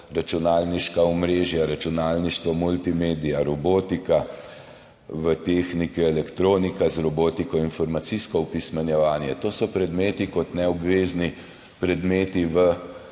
računalniška omrežja – računalništvo, multimedija, robotika v tehniki, elektronika z robotiko, informacijsko opismenjevanje, to so predmeti, ki so kot neobvezni predmeti